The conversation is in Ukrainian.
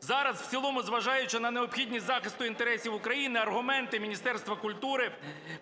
Зараз в цілому, зважаючи на необхідність захисту інтересів України, аргументи Міністерства культури